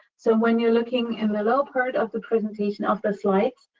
so, when you're looking in the low part of the presentation of the slides,